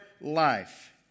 life